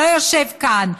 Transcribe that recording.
שלא יושב כאן,